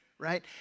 right